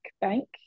Bank